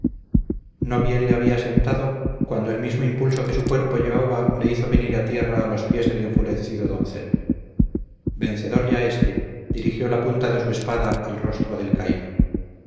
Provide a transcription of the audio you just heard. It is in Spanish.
no bien le había sentado cuando el mismo impulso que su cuerpo llevaba le hizo venir a tierra a los pies del enfurecido doncel vencedor ya éste dirigió la punta de su espada al rostro del caído